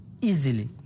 easily